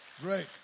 Great